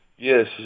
Yes